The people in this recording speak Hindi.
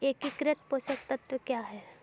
एकीकृत पोषक तत्व क्या है?